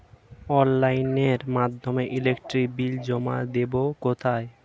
অফলাইনে এর মাধ্যমে ইলেকট্রিক বিল জমা দেবো কোথায়?